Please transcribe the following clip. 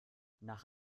nach